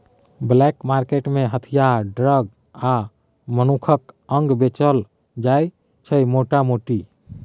black market मे हथियार, drug आ मनुखक अंग बेचल जाइ छै मोटा मोटी